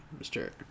Mr